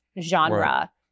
genre